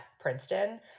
Princeton